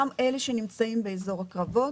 גם אלה שנמצאים באזור הקרבות,